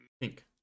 pink